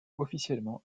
officiellement